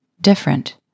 Different